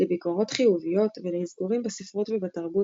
לביקורות חיוביות ולאזכורים בספרות ובתרבות,